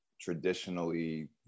traditionally